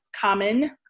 common